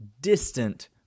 distant